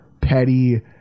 petty